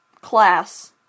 class